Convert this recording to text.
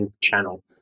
channel